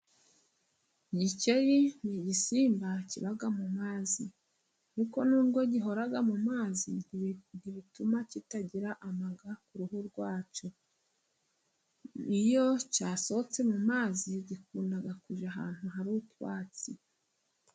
Igikeri ni igisimba kiba mu mazi kuko n'ubwo gihora mu mazi ntibituma kitagira amaga ku ruhu rwa cyo. Iyo gisohotse mu mazi gikunda kujya ahantu hari utwatsi.